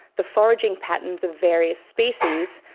the foraging patterns of various species,